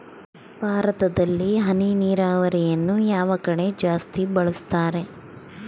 ಭಾರತದಲ್ಲಿ ಹನಿ ನೇರಾವರಿಯನ್ನು ಯಾವ ಕಡೆ ಜಾಸ್ತಿ ಬಳಸುತ್ತಾರೆ?